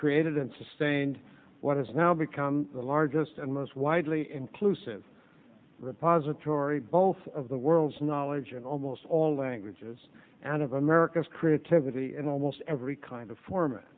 created and sustained what has now become the largest and most widely inclusive repository both of the world's knowledge in almost all languages and of america's creativity in almost every kind of form